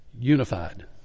Unified